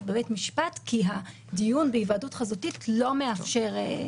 בבית משפט כי הדיון בהיוועדות חזותית לא מאפשר.